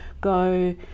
go